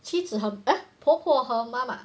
妻子和 eh 婆婆和妈妈